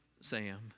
Sam